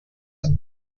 are